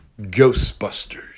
Ghostbusters